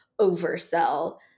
oversell